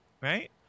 right